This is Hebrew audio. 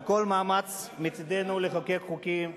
על כל מאמץ מצדנו לחוקק חוקים,